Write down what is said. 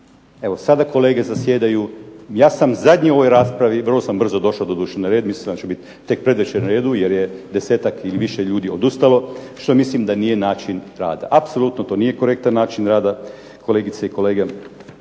Evo sada kolege zasjedaju, ja sam zadnji u ovoj raspravi, vrlo sam brzo došao na red, mislio sam da ću biti tek predvečer na redu, jer je 10-tak ili više ljudi odustalo, što mislim da nije način rada. Apsolutno to nije korektan način rada kolegice i kolege